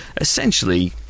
essentially